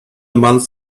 month